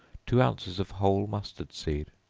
two ounces of whole mustard seed.